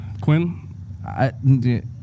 Quinn